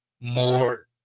more